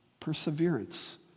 Perseverance